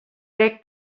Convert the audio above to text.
crec